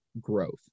growth